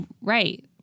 Right